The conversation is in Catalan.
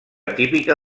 típica